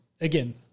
again